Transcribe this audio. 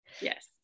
Yes